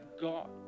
God